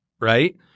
right